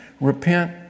repent